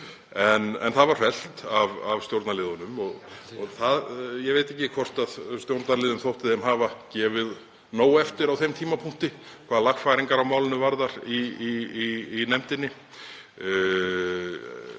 Það var fellt af stjórnarliðunum. Ég veit ekki hvort stjórnarliðum hafi þótt þeir hafa gefið nóg eftir á þeim tímapunkti hvað lagfæringar á málinu varðar í nefndinni,